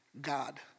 God